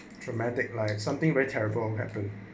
traumatic like something very terrible happen